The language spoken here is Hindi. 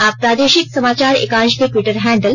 आप प्रादेशिक समाचार एकांश के टिवटर हैंडल